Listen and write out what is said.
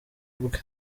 ubwe